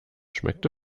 schmeckte